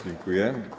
Dziękuję.